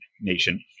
nation